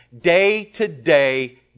day-to-day